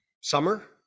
summer